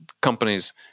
companies